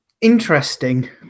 interesting